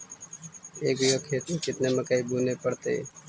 एक बिघा खेत में केतना मकई बुने पड़तै?